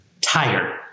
tired